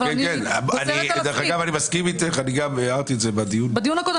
אבל אני גוזרת על עצמי --- דרך אגב,